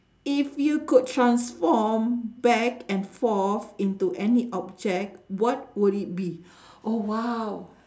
if you could transform back and forth into any object what would it be oh !wow!